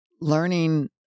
learning